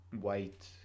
white